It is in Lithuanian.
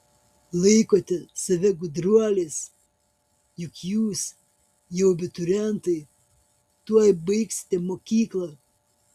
laikote save gudruoliais juk jūs jau abiturientai tuoj baigsite mokyklą